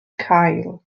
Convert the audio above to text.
cael